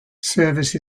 service